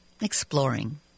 exploring